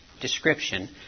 description